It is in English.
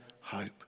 hope